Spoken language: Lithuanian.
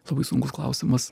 labai sunkus klausimas